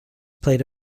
played